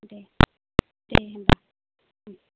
दे दे होमबा ओम